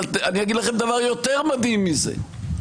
אני אגיד לכם דבר יותר מדהים מזה.